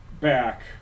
back